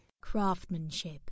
Craftsmanship